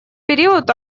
период